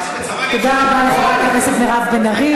תודה רבה לחברת הכנסת מירב בן ארי,